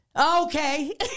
Okay